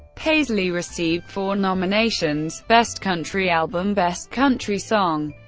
paisley received four nominations best country album, best country song,